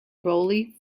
brolly